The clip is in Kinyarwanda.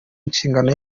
inshingano